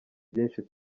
byinshi